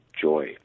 joy